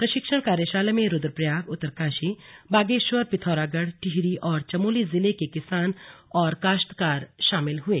प्रशिक्षण कार्यशाला में रुद्वप्रयाग उत्तराकाशी बागेश्वर पिथौरागढ़ टिहरी और चमोली जिले के किसान और काश्तकार शामिल हुए